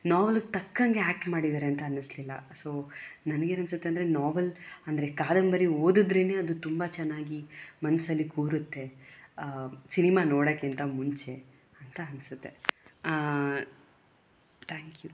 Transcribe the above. ನೋವೆಲಿಗೆ ತಕ್ಕಂತೆ ಆಕ್ಟ್ ಮಾಡಿದ್ದಾರೆ ಅಂತ ಅನ್ನಿಸಲಿಲ್ಲ ಸೊ ನನ್ಗೇನು ಅನ್ನಿಸುತ್ತೆ ಅಂದರೆ ನೋವೆಲ್ ಅಂದರೆ ಕಾದಂಬರಿ ಓದಿದರೇನೇ ಅದು ತುಂಬ ಚೆನ್ನಾಗಿ ಮನಸಲ್ಲಿ ಕೂರುತ್ತೆ ಸಿನಿಮಾ ನೋಡೋಕ್ಕಿಂತ ಮುಂಚೆ ಅಂತ ಅನ್ನಿಸುತ್ತೆ ಥ್ಯಾಂಕ್ ಯು